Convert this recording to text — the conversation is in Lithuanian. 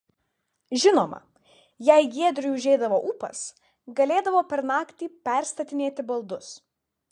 žinoma jei giedriui užeidavo ūpas galėdavo per naktį perstatinėti baldus